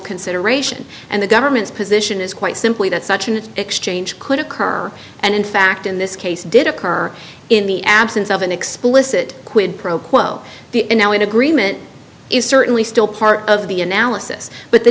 consideration and the government's position is quite simply that such an exchange could occur and in fact in this case did occur in the absence of an explicit quid pro quo the am now in agreement is certainly still part of the analysis but the